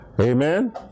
Amen